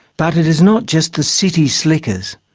but it is not just the city slickers.